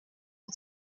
dit